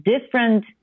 different